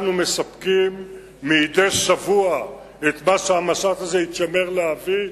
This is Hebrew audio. אנחנו מספקים מדי שבוע ביום אחד את מה שהמשט הזה התיימר להעביר.